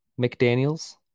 mcdaniels